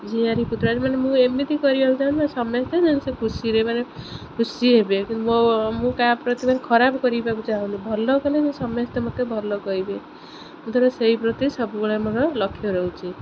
ଝିଆରୀ ପୁତୁରା ମାନେ ମୁଁ ଏମିତି କରିବାକୁ ଚାହୁଁଛି ନା ସମସ୍ତେ ସେ ଖୁସିରେ ମାନେ ଖୁସି ହେବେ କିନ୍ତୁ ମୋ ମୁଁ କାହା ପ୍ରତିମାନେ ଖରାପ କରିବାକୁ ଚାହୁଁନି ଭଲ କଲେ ସମସ୍ତେ ମୋତେ ଭଲ କହିବେ ଧର ସେଇ ପ୍ରତି ସବୁବେଳେ ମୋର ଲକ୍ଷ୍ୟ ରହୁଛି